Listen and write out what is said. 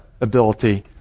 ability